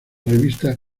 revista